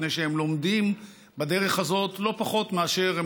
מפני שהם לומדים בדרך הזאת לא פחות מאשר הם